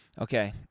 Okay